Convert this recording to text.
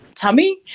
tummy